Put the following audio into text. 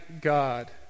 God